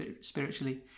spiritually